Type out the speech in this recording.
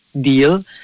deal